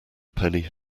penny